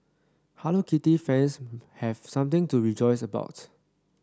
Hello Kitty fans have something to rejoice about